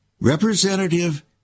Representative